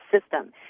system